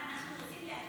כבוד היושב-ראש,